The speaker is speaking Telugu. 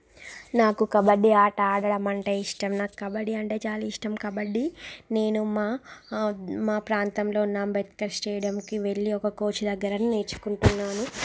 నాకు కబడ్డీ ఆట ఆడడం అంటే ఇష్టం నాకు కబడ్డీ అంటే చాలా ఇష్టం కబడ్డీ నేను మా మా ప్రాంతంలో ఉన్న అంబేద్కర్ స్టేడియంకి వెళ్ళి ఒక కోచ్ దగ్గర నేర్చుకుంటున్నాను